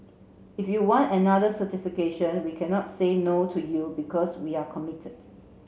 if you want another certification we cannot say no to you because we're committed